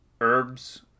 Herbs